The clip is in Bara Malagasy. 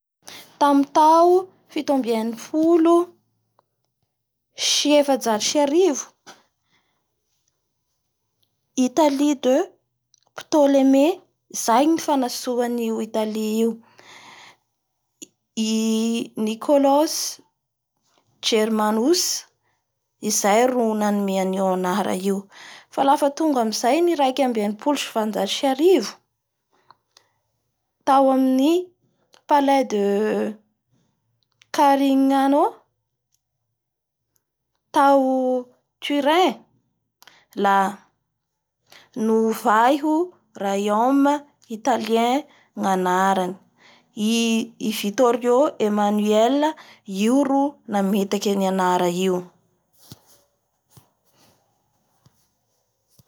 Tamin'ny tao fito ambin'ny enimpolo sy efanjato sy arivo Italie de Ptoleme izay no fanatsoa an'io Italie io iii Nicolos Germanous izay ro nanome an'io anara io fa lafa tonga amizay ny raika ambin'ny enipolo